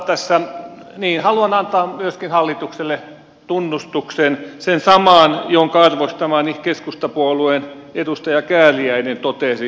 myöskin minä haluan antaa hallitukselle tunnustuksen sen saman jonka arvostamani keskustapuolueen edustaja kääriäinen totesi